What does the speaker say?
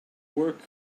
work